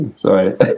Sorry